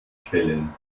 quellen